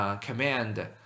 command